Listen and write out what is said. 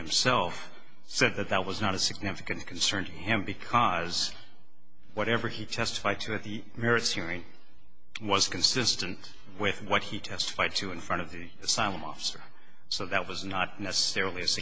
himself said that that was not a significant concern to him because whatever he testified to at the merits hearing was consistent with what he testified to in front of the asylum officer so that was not necessarily a